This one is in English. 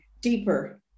deeper